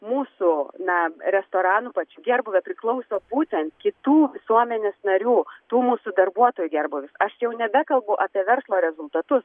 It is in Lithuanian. mūsų na restoranų pačių gerbūvio priklauso būtent kitų visuomenės narių tų mūsų darbuotojų gerbūvis aš jau nebekalbu apie verslo rezultatus